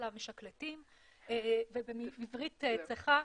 Gateway ובעברית צחה,